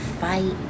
fight